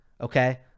Okay